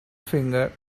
finger